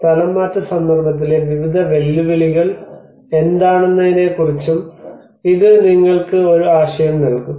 സ്ഥലംമാറ്റ സന്ദർഭത്തിലെ വിവിധ വെല്ലുവിളികൾ എന്താണെന്നതിനെക്കുറിച്ച് ഇത് നിങ്ങൾക്ക് ഒരു ആശയം നൽകും